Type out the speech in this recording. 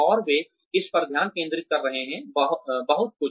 और वे इस पर ध्यान केंद्रित कर रहे हैं बहुत कुछ